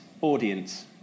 audience